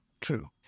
True